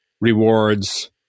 rewards